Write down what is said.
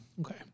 Okay